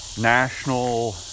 national